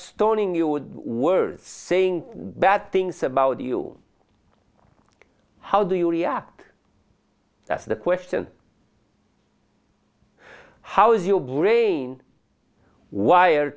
stoning you words saying bad things about you how do you react that's the question how is your brain wire